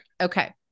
Okay